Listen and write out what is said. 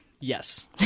Yes